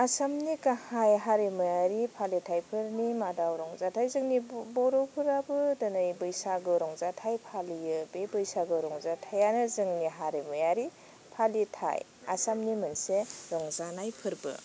आसामनि गाहाय हारिमायारि फालिथाइफोरनि मादाव रंजाथाइ जोंनि बर'फोराबो दिनै बैसागो रंजाथाइ फालियो बे बैसागो रंजाथाइयानो जोंनि हारिमायारि फालिथाइ आसामनि मोनसे रंजानाय फोर्बो